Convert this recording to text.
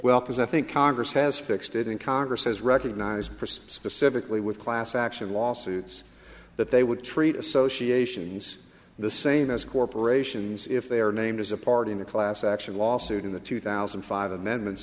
well as i think congress has fixed it in congress has recognized for specifically with class action lawsuits that they would treat associations the same as corporations if they are named as a party in a class action lawsuit in the two thousand and five amendments